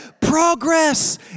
progress